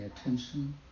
attention